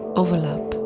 overlap